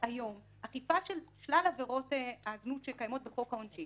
אכיפה של שלל עבירות הזנות שקיימות בחוק הזנות